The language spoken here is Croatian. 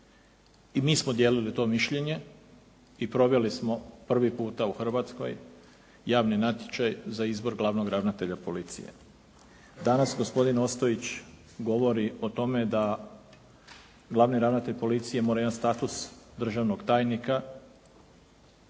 I mi smo dijelili to mišljenje i proveli smo prvi puta u Hrvatskoj javni natječaj za izbor glavnog ravnatelja policije. Danas gospodin Ostojić govori o tome da glavni ravnatelj policije mora imati status državnog tajnika,